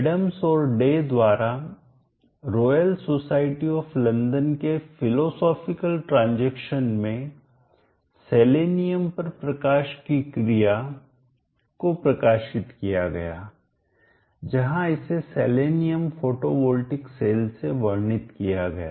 Adams और Day द्वारा Royal Society of London के फिलोसॉफिकल ट्रांजैक्शन में सेलेनियम पर प्रकाश की क्रिया को प्रकाशित किया गया जहां इसे सेलेनियम फोटोवॉल्टिक सेल से वर्णित किया गया